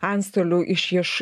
antstolių išieš